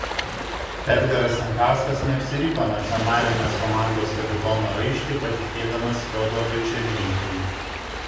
edgaras jankauskas neapsiriko nacionalinės komandos kapitono raištį patikėdamas fiodorui černychui